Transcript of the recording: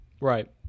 Right